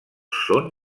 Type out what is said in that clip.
són